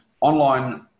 online